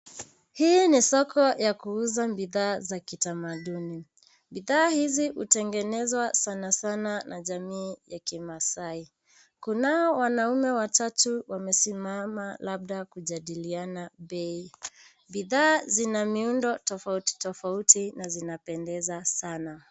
Hii ni soko ya kuuza bidhaa za kitamaduni. Bidhaa hizi hutengenezwa sana sana na jamii ya kimasai. Kunao wanaume watatu wamesimama labda kujadiliana bei. Bidhaa zina miundo tofauti tofauti na zinapendeza sana.